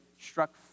struck